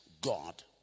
God